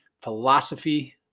philosophy